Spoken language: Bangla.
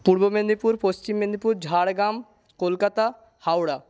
পূর্ব মেদিনীপুর পশ্চিম মেদিনীপুর ঝাড়গ্রাম কলকাতা হাওড়া